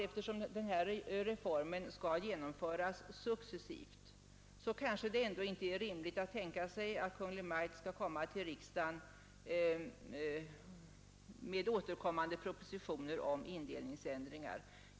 Eftersom denna reform skall genomföras successivt, har vi ansett att det kanske ändå inte är rimligt att tänka sig att Kungl. Maj:t skall förelägga riksdagen återkommande propositioner om indelningsändringar.